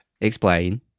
Explain